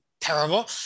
terrible